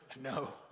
No